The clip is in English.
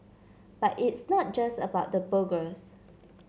but it's not just about the burgers